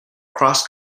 cross